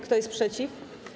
Kto jest przeciw?